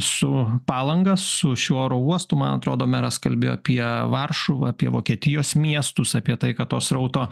su palanga su šiuo oro uostu man atrodo meras kalbėjo apie varšuvą apie vokietijos miestus apie tai kad to srauto